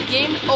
Game